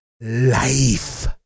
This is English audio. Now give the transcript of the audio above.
life